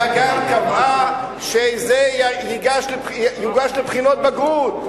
אלא גם קבעה שזה יוגש לבחינות בגרות.